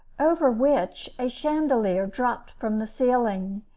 over which a chandelier dropped from the ceiling,